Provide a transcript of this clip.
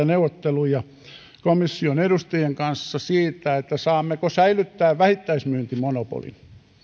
neuvotteluja komission edustajien kanssa siitä saammeko säilyttää vähittäismyyntimonopolin